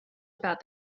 about